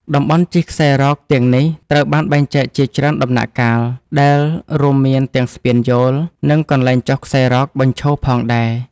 តំបន់ជិះខ្សែរ៉កទាំងនេះត្រូវបានបែងចែកជាច្រើនដំណាក់កាល ដែលរួមមានទាំងស្ពានយោល និងកន្លែងចុះខ្សែរ៉កបញ្ឈរផងដែរ។